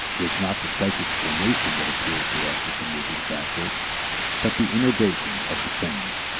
it is not the psychic formation that appears to us as the moving factor but the innervation of the same.